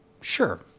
Sure